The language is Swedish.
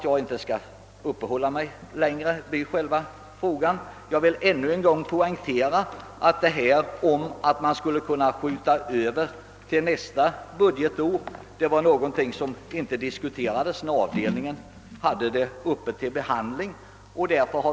Jag vill till sist än en gång poängtera att förslaget om att en del av anslaget skulle kunna reserveras till nästa bud getår inte diskuterats vid avdelningens behandling av denna fråga.